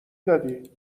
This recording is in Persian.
دادی